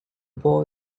boy